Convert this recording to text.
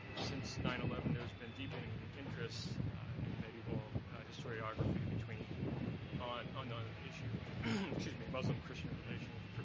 since nine eleven, there has been deepening interest in medieval historiography between on on the issue of excuse me muslim-christian relations,